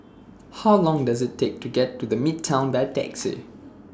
How Long Does IT Take to get to The Midtown By Taxi